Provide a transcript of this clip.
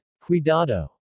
cuidado